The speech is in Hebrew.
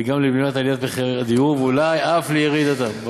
גם לבלימת עליית מחירי הדיור ואולי אף לירידתם.